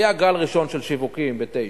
היה גל ראשון של שיווקים ב-2009,